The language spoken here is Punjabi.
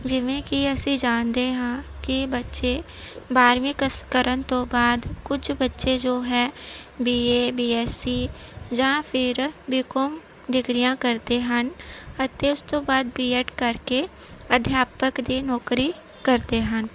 ਜਿਵੇਂ ਕਿ ਅਸੀਂ ਜਾਣਦੇ ਹਾਂ ਕਿ ਬੱਚੇ ਬਾਰਵੀਂ ਕਸ ਕਰਨ ਤੋਂ ਬਾਅਦ ਕੁਝ ਬੱਚੇ ਜੋ ਹੈ ਬੀ ਏ ਬੀਐਸਸੀ ਜਾਂ ਫਿਰ ਬੀਕੋਮ ਡਿਗਰੀਆਂ ਕਰਦੇ ਹਨ ਅਤੇ ਉਸ ਤੋਂ ਬਾਅਦ ਬੀਐਡ ਕਰਕੇ ਅਧਿਆਪਕ ਦੀ ਨੌਕਰੀ ਕਰਦੇ ਹਨ